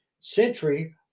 Century